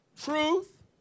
Truth